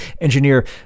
engineer